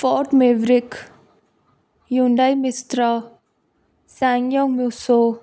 four Maverick Hyundai Mistra ਸੈਗੀਓ Musso